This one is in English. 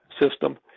system